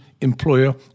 employer